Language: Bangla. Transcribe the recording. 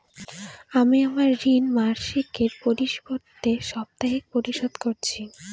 আমি আমার ঋণ মাসিকের পরিবর্তে সাপ্তাহিক পরিশোধ করছি